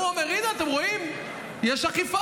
הוא אומר: הינה, אתם רואים, יש אכיפה.